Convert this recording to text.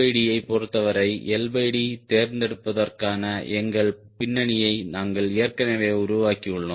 LD ஐப் பொருத்தவரை LD தேர்ந்தெடுப்பதற்கான எங்கள் பின்னணியை நாங்கள் ஏற்கனவே உருவாக்கியுள்ளோம்